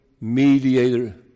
mediator